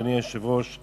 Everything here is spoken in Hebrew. אדוני היושב-ראש,